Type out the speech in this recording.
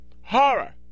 horror